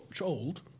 old